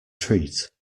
treat